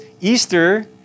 Easter